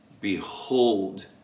Behold